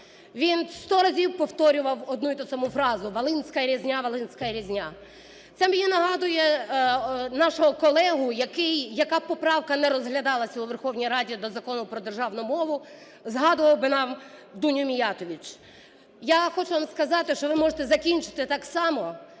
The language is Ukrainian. він сто разів повторював одну і ту саму фразу "Волынская резня, Волынская резня". Це мені нагадує нашого колегу, який… яка б поправка не розглядалася у Верховній Раді до Закону про державну мову, згадував би нам Дуню Міятович. Я хочу вам сказати, що ви можете закінчити так само,